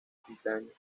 cumpleaños